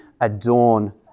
adorn